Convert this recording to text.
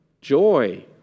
joy